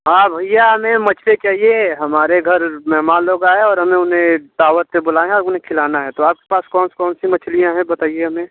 हाँ भैया हमें मछली चाहिए हमारे घर मेहमान लोग आया और हमें उन्हें दावत में बुलाया है उन्हें खिलाना है तो आपको पास कौन कौन सी मछलियाँ है बताइए हमें